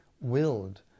willed